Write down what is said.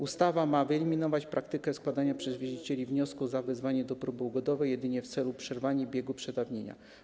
Ustawa ma wyeliminować praktykę składania przez wierzycieli wniosku o zawezwanie do próby ugodowej jedynie w celu przerwania biegu terminu przedawnienia.